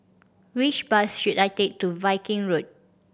which bus should I take to Viking Road